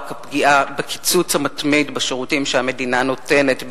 באמצעות קיצוץ המתמיד בשירותים שהמדינה מספקת,